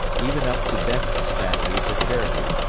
even up to best's batteries at fairview,